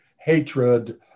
hatred